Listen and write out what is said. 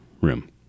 room